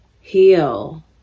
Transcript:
heal